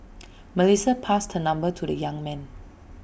Melissa passed her number to the young man